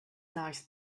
nice